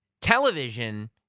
television